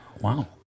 Wow